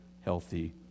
healthy